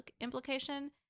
implication